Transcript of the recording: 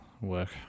work